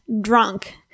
drunk